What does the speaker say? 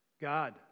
God